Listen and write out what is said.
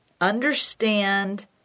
understand